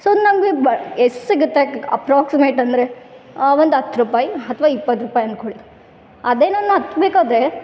so ಅದು ನಮಗೆ ಎಷ್ಟು ಸಿಗುತ್ತೆ ಅಪ್ರಾಕ್ಸಿಮೇಟ್ ಅಂದರೆ ಒಂದು ಹತ್ತು ರುಪಾಯ್ ಅಥ್ವ ಇಪ್ಪತ್ತು ರುಪಾಯ್ ಅನ್ಕೊಳಿ ಅದೇ ನಾನು ಹತ್ಬೇಕಾದ್ರೆ